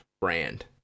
brand